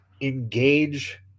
engage